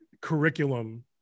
curriculum